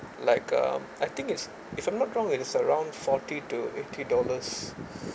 like um I think it's if I'm not wrong it is around forty to eighty dollars